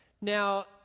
Now